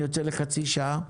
אני יוצא לחצי שעה.